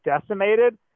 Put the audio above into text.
decimated